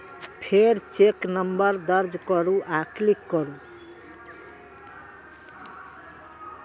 फेर check number दर्ज करू आ क्लिक करू